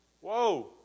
whoa